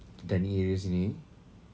dining are sini